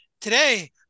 today